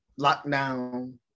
Lockdown